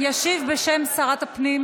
ישיב בשם שרת הפנים